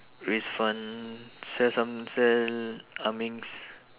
raise fund sell some sell ah ming's